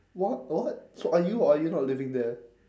what what so are you or are you not living there